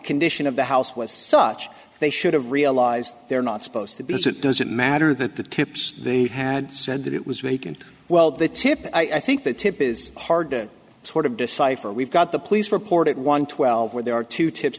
condition of the house was such they should have realized they're not supposed to because it doesn't matter that the tips they had said that it was vacant well the tip i think the tip is hard to sort of decipher we've got the police report at one twelve where there are two tips